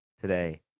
today